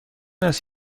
است